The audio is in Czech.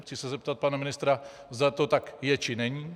Chci se zeptat pana ministra, zda to tak je, či není.